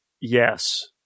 Yes